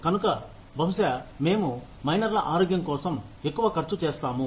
కనుక బహుశా మేము మైనర్ల ఆరోగ్యం కోసం ఎక్కువ ఖర్చు చేస్తాము